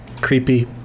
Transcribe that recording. creepy